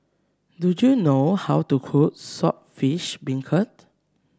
do you know how to cook Saltish Beancurd